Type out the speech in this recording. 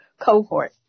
cohort